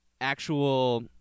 actual